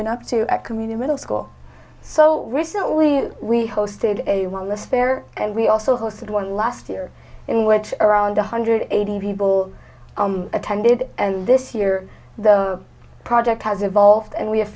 been up to at community middle school so recently we hosted a wellness fair and we also hosted one last year in which around one hundred eighty people attended and this year the project has evolved and we have